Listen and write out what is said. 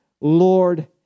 Lord